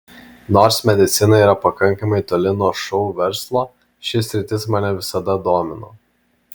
nors medicina yra pakankamai toli nuo šou verslo ši sritis mane visada domino